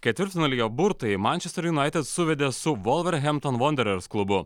ketvirtfinalio burtai mančesterio junaited suvedė su volvarhempton vonderers klubu